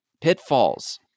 Pitfalls